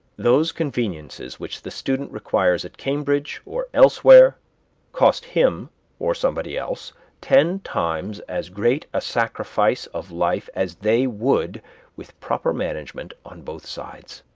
those conveniences which the student requires at cambridge or elsewhere cost him or somebody else ten times as great a sacrifice of life as they would with proper management on both sides.